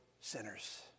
sinners